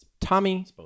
Tommy